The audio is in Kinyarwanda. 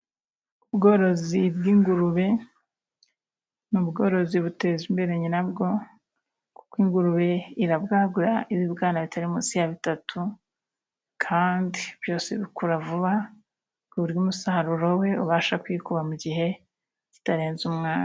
Ubworozi bw'ingurube, nubworozi buteza imbere nyirabwo, kuko ingurube irabwagura ibibwana bitari munsi ya bitatu kandi byose bikura vuba, buri umusaruro we ubasha kwikuba mu gihe kitarenze umwa.